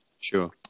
Sure